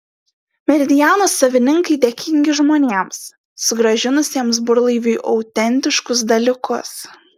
meridiano savininkai dėkingi žmonėms sugrąžinusiems burlaiviui autentiškus dalykus